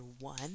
one